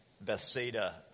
Bethsaida